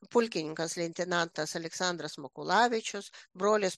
pulkininkas leitenantas aleksandras makulavičius brolis